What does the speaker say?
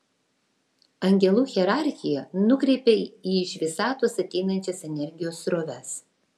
angelų hierarchija nukreipia į iš visatos ateinančias energijos sroves